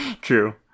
True